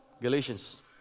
Galatians